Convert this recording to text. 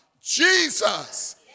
Jesus